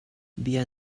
bia